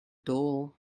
dull